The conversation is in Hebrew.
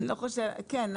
כן,